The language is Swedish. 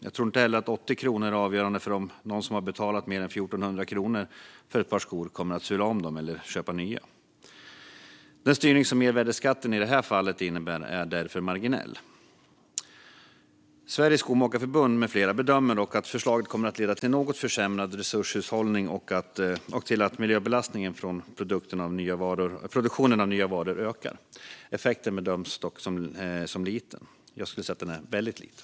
Jag tror inte heller att 80 kr är avgörande för om någon som har betalat mer än 1 400 kronor för ett par skor kommer att sula om dem eller köpa nya. Den styrning som mervärdesskatten i det här fallet innebär är därför marginell. Sveriges Skomakarmästarförbund med flera bedömer dock att förslaget kommer leda till en något försämrad resurshushållning och till att miljöbelastningen från produktionen av nya varor ökar. Effekten bedöms dock som liten. Jag skulle säga att den är väldigt liten.